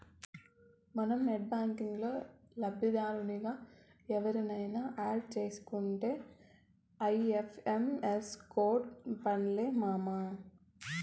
మనం నెట్ బ్యాంకిల్లో లబ్దిదారునిగా ఎవుర్నయిన యాడ్ సేసుకుంటే ఐ.ఎఫ్.ఎం.ఎస్ కోడ్తో పన్లే మామా